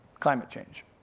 climate change.